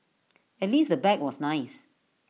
at least the bag was nice